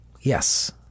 yes